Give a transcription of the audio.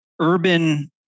urban